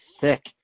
thick